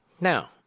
Now